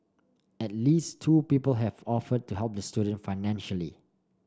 at least two people have offered to help the student financially